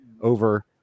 over